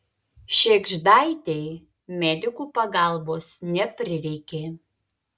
šėgždaitei medikų pagalbos neprireikė